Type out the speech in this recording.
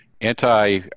Anti